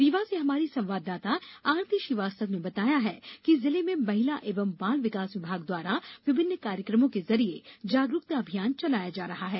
रीवा से हमारी संवाददाता आरती श्रीवास्तव ने बताया है कि जिले में महिला एवं बाल विकास विभाग द्वारा भी लगातार विभिन्न कार्यक्रमों के जरिए जागरुकता अभियान चलाये जा रहे हैं